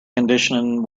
condition